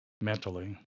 mentally